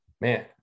man